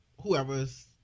whoever's